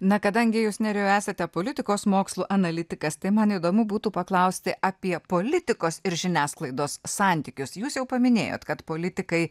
na kadangi jūs nerijau esate politikos mokslų analitikas tai man įdomu būtų paklausti apie politikos ir žiniasklaidos santykius jūs jau paminėjot kad politikai